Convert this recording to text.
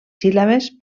síl·labes